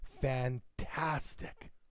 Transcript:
fantastic